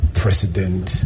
president